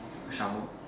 shovel